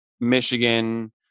Michigan